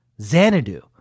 Xanadu